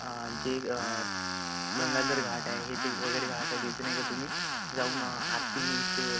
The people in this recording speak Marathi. जे गंगाधर घाट आहे हे ते वगैरे घाट आहे तिथे नाही का तुम्ही जाऊन आरतीचे